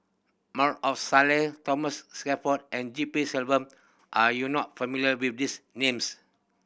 More Thomas and D P Selvam are you not familiar with these names